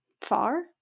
far